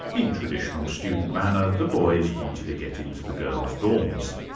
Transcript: in traditional student manner the boys wanted to get into the girls' dorms.